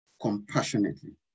compassionately